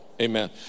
Amen